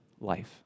life